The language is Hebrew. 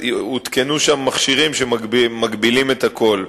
הותקנו מכשירים שמגבילים את הקול,